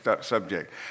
subject